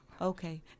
okay